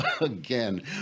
again